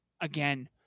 Again